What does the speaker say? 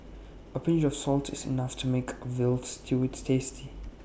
A pinch of salt is enough to make A Veal Stew tasty